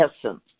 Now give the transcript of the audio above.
essence